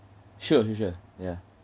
sure sure ya